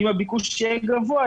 אם הביקוש יהיה גבוה,